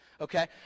Okay